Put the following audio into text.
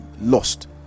lost